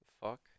Fuck